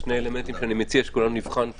שני אלמנטים שאני מציע שכולנו נבחן את